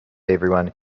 everyone